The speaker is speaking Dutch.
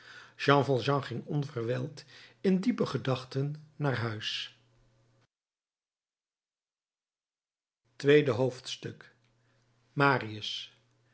jean valjean ging onverwijld in diepe gedachten naar huis tweede hoofdstuk marius